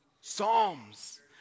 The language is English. Psalms